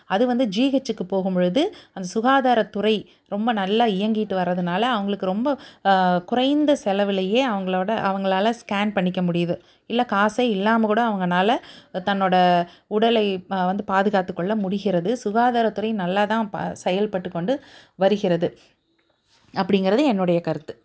அது வந்து ஜிஹெச்சுக்கு போகும்பொழுது அந்த சுகாதாரத்துறை ரொம்ப நல்லா இயங்கிட்டு வர்றதனால அவங்களுக்கு ரொம்ப குறைந்த செலவுலேயே அவங்களோட அவங்களால ஸ்கேன் பண்ணிக்க முடியுது இல்லை காசே இல்லாமல் கூட அவுங்களால தன்னோட உடலை வந்து பாதுகாத்துக்கொள்ள முடிகிறது சுகாதாரத்துறை நல்லா தான் செயல்பட்டு கொண்டு வருகிறது அப்படிங்கிறது என்னுடைய கருத்து